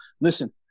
Listen